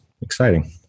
exciting